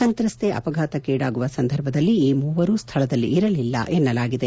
ಸಂತ್ರಸ್ತೆ ಅಪಘಾತಕ್ಕೀಡಾಗುವ ಸಂದರ್ಭದಲ್ಲಿ ಈ ಮೂವರು ಸ್ಥಳದಲ್ಲಿ ಇರಲಿಲ್ಲ ಎನ್ನಲಾಗಿದೆ